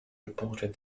reported